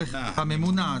הממונה,